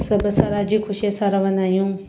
सभु असां राज़ी ख़ुशीअ सां रहंदा आहियूं